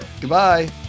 Goodbye